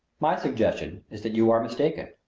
my suggestion is that you are mistaken.